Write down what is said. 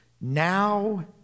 now